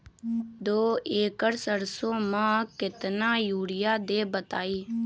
दो एकड़ सरसो म केतना यूरिया देब बताई?